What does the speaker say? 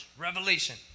revelation